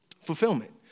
Fulfillment